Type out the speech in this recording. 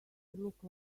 look